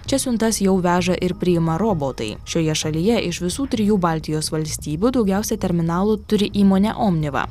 čia siuntas jau veža ir priima robotai šioje šalyje iš visų trijų baltijos valstybių daugiausia terminalų turi įmonė omniva